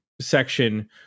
section